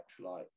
electrolyte